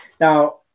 Now